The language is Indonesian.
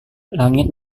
langit